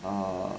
!huh!